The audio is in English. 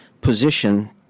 position